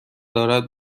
دارد